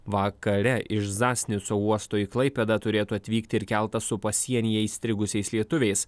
vakare iš zasnico su uosto į klaipėdą turėtų atvykti ir keltas su pasienyje įstrigusiais lietuviais